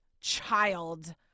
child